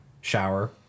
shower